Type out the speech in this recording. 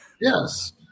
Yes